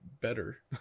better